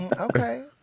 Okay